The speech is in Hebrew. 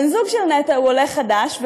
הבן זוג של נטע הוא עולה חדש,